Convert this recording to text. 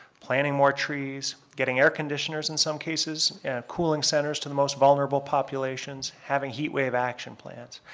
planting more trees, getting air conditioners in some cases, and cooling centers to the most vulnerable populations. having heat wave action plans.